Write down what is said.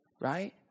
right